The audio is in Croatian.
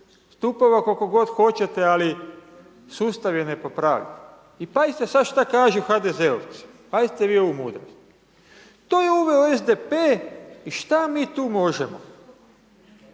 Stupova koliko god hoćete ali sustav je nepopravljiv. I pazite sad šta kažu HDZ-ovci. Pazite vi ovu mudrost. To je uveo SDP i šta mi tu možemo?